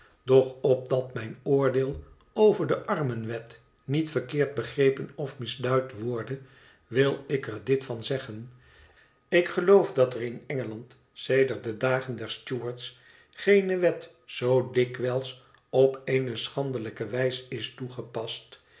doch opdat mijn oordeel over de armenwet niet verkeerd begrepen of misduid worde wil ik er dit van zeggen ik geloof dat er in engeland sedert de dagen der stuarts geene wet zoo dikwijls op eene schandelijke wijs is toegepast